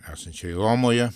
esančiai romoje